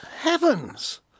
heavens